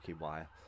wire